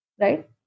Right